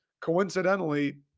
coincidentally